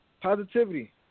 Positivity